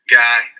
guy